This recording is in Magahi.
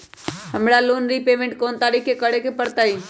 हमरा लोन रीपेमेंट कोन तारीख के करे के परतई?